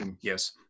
yes